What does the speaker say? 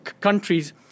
countries